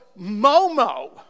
MOMO